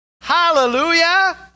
Hallelujah